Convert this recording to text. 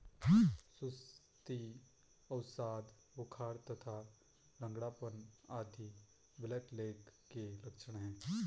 सुस्ती, अवसाद, बुखार तथा लंगड़ापन आदि ब्लैकलेग के लक्षण हैं